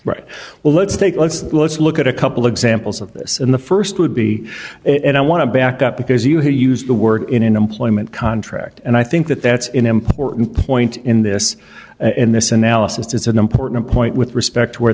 right well let's take let's look at a couple examples of this and the first would be it and i want to back up because you had used the word in an employment contract and i think that that's an important point in this in this analysis is an important point with respect where